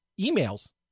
emails